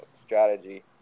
strategy